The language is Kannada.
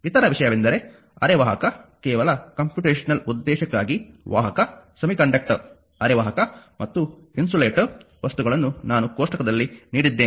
ಇತರ ವಿಷಯವೆಂದರೆ ಅರೆವಾಹಕ ಕೇವಲ ಕಂಪ್ಯೂಟೇಶನಲ್ ಉದ್ದೇಶಕ್ಕಾಗಿ ವಾಹಕ ಸೆಮಿಕಂಡಕ್ಟರ್ ಅರೆವಾಹಕ ಮತ್ತು ಇನ್ಸುಲೇಟಾರ್ ವಸ್ತುಗಳನ್ನು ನಾನು ಕೋಷ್ಟಕದಲ್ಲಿ ನೀಡಿದ್ದೇನೆ